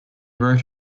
wrote